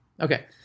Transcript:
Okay